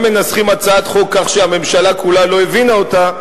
אם מנסחים הצעת חוק כך שהממשלה כולה לא הבינה אותה,